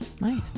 nice